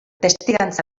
testigantza